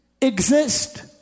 exist